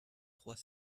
trois